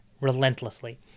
relentlessly